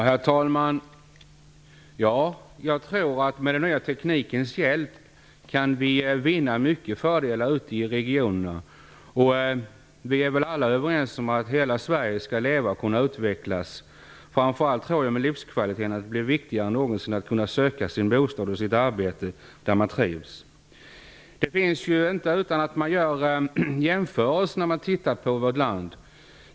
Herr talman! Med den nya teknikens hjälp kan vi vinna många fördelar ute i regionerna. Vi är väl alla överens om att hela Sverige skall leva och kunna utvecklas. Framför allt tror jag att livskvaliteten blir viktigare än någonsin, att man kan söka sin bostad och sitt arbete där man trivs. Det är inte utan att man gör jämförelser när man ser på vårt land.